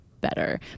better